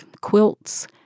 quilts